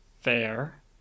fair